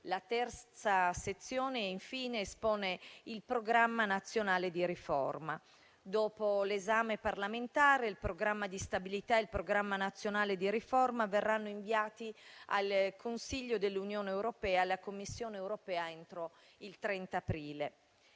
La terza sezione, infine, espone il Programma nazionale di riforma. Dopo l'esame parlamentare, il Programma di stabilità e il Programma nazionale di riforma verranno inviati al Consiglio dell'Unione europea e alla Commissione europea entro il 30 aprile.